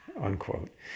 unquote